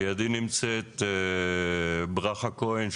לידי נמצאת ברכה כהן,